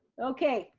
okay,